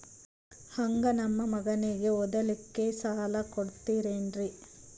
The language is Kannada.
ಹಂಗ ನಮ್ಮ ಮಗನಿಗೆ ಓದಲಿಕ್ಕೆ ಸಾಲ ಕೊಡ್ತಿರೇನ್ರಿ?